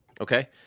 Okay